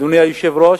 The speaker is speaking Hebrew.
אדוני היושב-ראש,